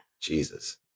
Jesus